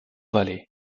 vallées